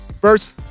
First